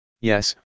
Yes